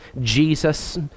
Jesus